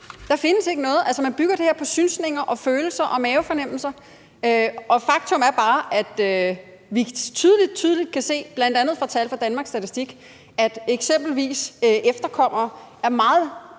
der findes ikke noget om det. Altså, man bygger det her på synsninger og følelser og mavefornemmelser. Og faktum er bare, at vi meget tydeligt kan se, bl.a. fra tal fra Danmarks Statistik, at eksempelvis efterkommere også er meget,